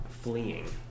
fleeing